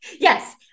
Yes